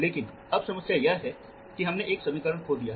लेकिन अब समस्या यह है कि हमने एक समीकरण खो दिया है